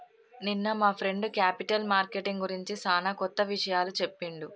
నిన్న మా friend capital marketing గురించి సానా కొత్త విషయాలు చెప్పిండు